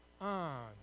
on